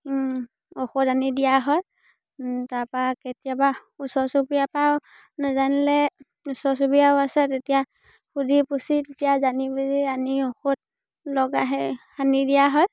ঔষধ আনি দিয়া হয় তাৰপা কেতিয়াবা ওচৰ চুবুৰীয়া পৰাও নাজানিলে ওচৰ চুবুৰীয়াও আছে তেতিয়া সুধি পুচি তেতিয়া জানি বুজি আনি ঔষধ লগা সেই সানি দিয়া হয়